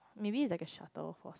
maybe it's like a shuttle for